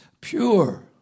pure